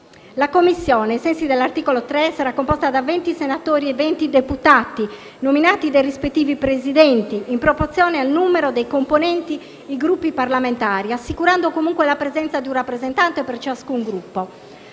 La Commissione, ai sensi dell'articolo 3, sarà composta da venti senatori e venti deputati, nominati dai rispettivi Presidenti, in proporzione al numero dei componenti dei Gruppi parlamentari, assicurando comunque la presenza di un rappresentante per ciascun Gruppo.